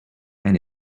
and